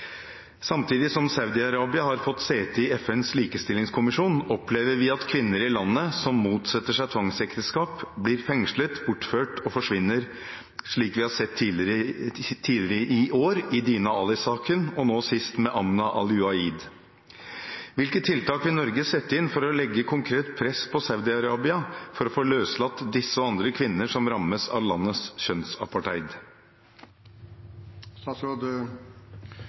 Samtidig som Saudi-Arabia har fått sete i FNs likestillingskommisjon, opplever vi at kvinner i landet som motsetter seg tvangsekteskap, blir fengslet, bortført og forsvinner, slik vi har sett tidligere i år i Dina Ali-saken og nå sist med Amna Al-Juaid. Hvilke tiltak vil Norge sette inn for å legge konkret press på Saudi-Arabia for å få løslatt disse og andre kvinner som rammes av landets